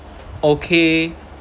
okay